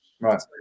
right